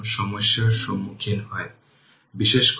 এটি 7 Ω এবং এই 7 Ω প্যারালেল এ রয়েছে